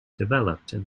developed